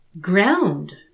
ground